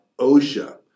OSHA